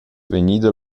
vegnida